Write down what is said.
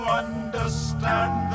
understand